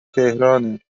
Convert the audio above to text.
تهرانه